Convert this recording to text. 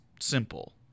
simple